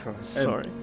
Sorry